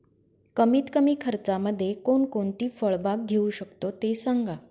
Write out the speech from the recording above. कमीत कमी खर्चामध्ये कोणकोणती फळबाग घेऊ शकतो ते सांगा